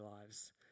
lives